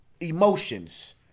emotions